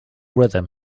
rhythm